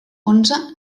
onze